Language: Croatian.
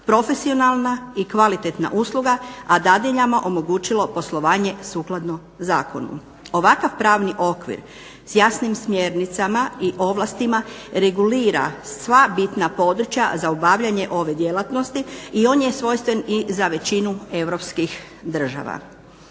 profesionalna i kvalitetna usluga, a dadiljama omogućilo poslovanje sukladno zakonu. Ovakav pravni okvir s jasnim smjernicama i ovlastima regulira sva bitna područja za obavljanje ove djelatnosti i on je svojstven i za većinu europskih država.